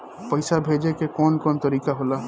पइसा भेजे के कौन कोन तरीका होला?